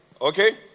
okay